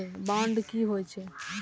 Bond की होई छै?